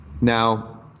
Now